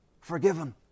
forgiven